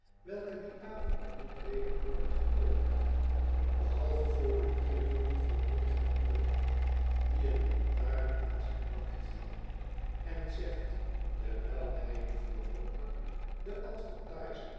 welke dien avond niet weder worden geopend behalve voor den bierjongen van negen uur die eene lantaren aan zijn bak heeft hangen en zegt terwijl hij jufvrouw walker de